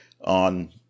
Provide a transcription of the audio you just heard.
on